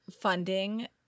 funding